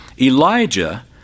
Elijah